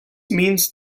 means